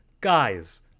guys